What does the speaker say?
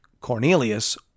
Cornelius